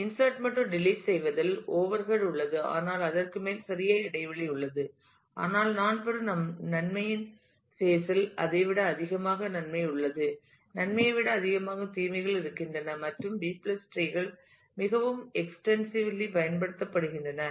insert மற்றும் delete செய்வதில் overhead உள்ளது ஆனால் அதற்கு மேல் சிறிது இடைவெளி உள்ளது ஆனால் நாம் பெறும் நன்மையின் பேஸ் இல் அதை விட அதிகமாக நன்மை உள்ளது நன்மையை விட அதிகமாகும் தீமைகள் இருக்கின்றன மற்றும் பி டிரீB treeகள் மிகவும் எக்ஸ்டென்சிவெலி பயன்படுத்தப்படுகின்றன